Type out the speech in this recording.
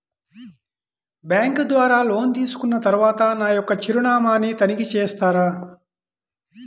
Bank ద్వారా loan తీసుకున్న తరువాత నా యొక్క చిరునామాని తనిఖీ చేస్తారా?